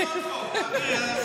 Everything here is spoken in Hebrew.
תעבירי עוד חוק,